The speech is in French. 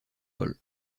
pol